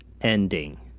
ending